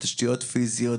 בתשתיות פיסיות,